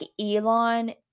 Elon